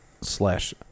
slash